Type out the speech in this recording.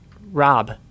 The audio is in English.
Rob